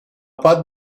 پات